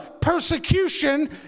persecution